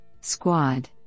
squad